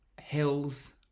hills